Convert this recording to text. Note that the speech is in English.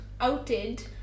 outed